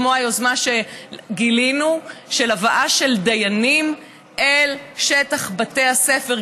כמו היוזמה שגילינו של הבאה של דיינים אל שטח בתי הספר,